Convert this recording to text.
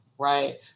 Right